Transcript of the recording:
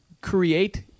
create